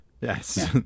Yes